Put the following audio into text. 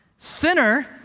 Sinner